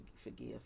forgive